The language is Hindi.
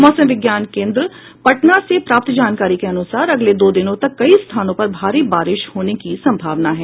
मौसम विज्ञान केन्द्र पटना से प्राप्त जानकारी के अनुसार अगले दो दिनों तक कई स्थानों पर भारी बारिश होने की संभावना है